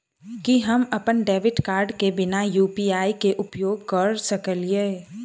की हम अप्पन debit card केँ बिना यु.पी.आई केँ उपयोग करऽ सकलिये?